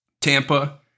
Tampa